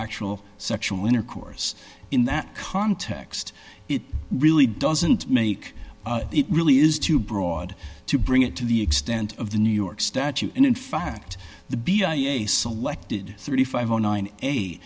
actual sexual intercourse in that context it really doesn't make it really is too broad to bring it to the extent of the new york statute and in fact the b a a selected thirty five